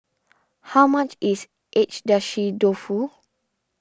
how much is Agedashi Dofu